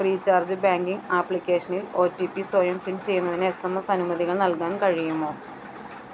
Freecharge banking ആപ്ലിക്കേഷനിൽ O T P സ്വയം fill ചെയ്യുന്നതിന് എസ് എം എസ് അനുമതികൾ നൽകാൻ കഴിയുമോ